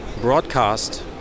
broadcast